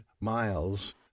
miles